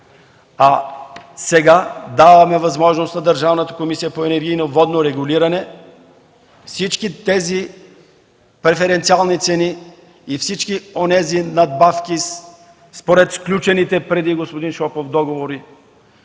а сега даваме възможност на Държавната комисия по енергийно и водно регулиране всички тези преференциални цени и всички онези надбавки според сключените преди, господин Шопов, договори,